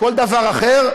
כל דבר אחר,